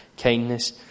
Kindness